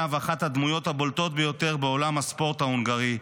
ואחת הדמויות הבולטות ביותר בעולם הספורט ההונגרי.